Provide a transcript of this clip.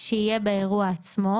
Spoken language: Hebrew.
שיהיה באירוע עצמו,